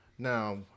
Now